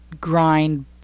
grind